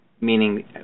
meaning